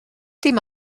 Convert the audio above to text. dim